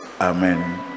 Amen